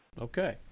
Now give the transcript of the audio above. Okay